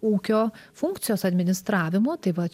ūkio funkcijos administravimo tai va